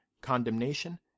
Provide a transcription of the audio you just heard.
condemnation